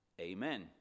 Amen